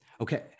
Okay